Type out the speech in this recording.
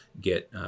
get